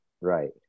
right